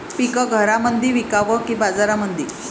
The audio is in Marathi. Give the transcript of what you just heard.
पीक घरामंदी विकावं की बाजारामंदी?